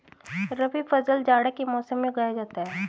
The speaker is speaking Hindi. रबी फसल जाड़े के मौसम में उगाया जाता है